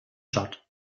tschad